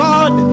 God